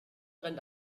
rennt